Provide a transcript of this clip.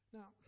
Now